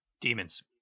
demons